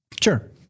Sure